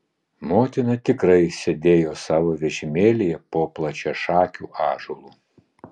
motina tikrai sėdėjo savo vežimėlyje po plačiašakiu ąžuolu